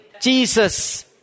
Jesus